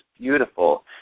beautiful